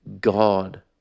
God